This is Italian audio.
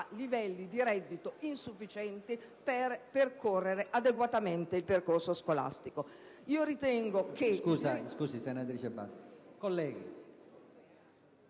livelli di reddito insufficienti per percorrere adeguatamente il percorso scolastico.